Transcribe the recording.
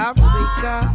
Africa